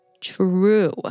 true